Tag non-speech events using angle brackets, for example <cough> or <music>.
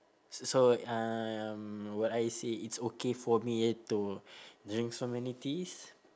s~ so um would I say it's okay for me to <breath> drink so many teas